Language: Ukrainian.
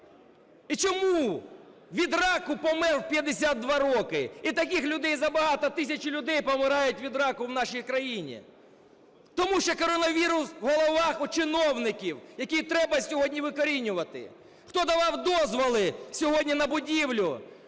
І чому? Від раку помер у 52 роки. І таких людей забагато, тисячі людей помирають від раку в нашій країні. Тому що коронавірус у головах у чиновників, який треба сьогодні викорінювати. Хто давав дозволи сьогодні на будівлю